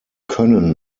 können